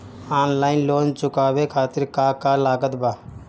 Online loan चुकावे खातिर का का लागत बा?